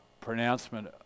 pronouncement